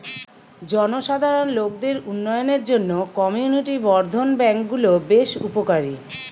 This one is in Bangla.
জনসাধারণ লোকদের উন্নয়নের জন্যে কমিউনিটি বর্ধন ব্যাংক গুলো বেশ উপকারী